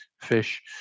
fish